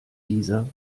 dieser